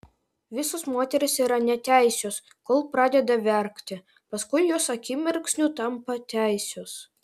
visos moterys yra neteisios kol pradeda verkti paskui jos akimirksniu tampa teisios